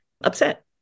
upset